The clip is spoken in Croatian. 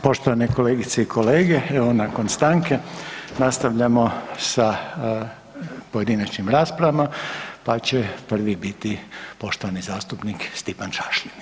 Poštovane kolegice i kolege, evo nakon stanke nastavljamo sa pojedinačnim raspravama pa će prvi biti poštovani zastupnik Stipan Šašlin.